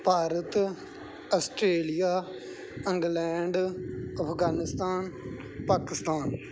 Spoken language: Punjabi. Bharat Australia England Afghanistan Pakistan